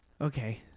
Okay